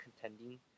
contending